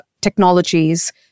technologies